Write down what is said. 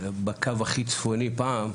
בקו הכי צפוני פעם,